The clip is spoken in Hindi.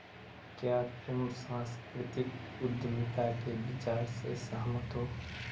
क्या तुम सांस्कृतिक उद्यमिता के विचार से सहमत हो?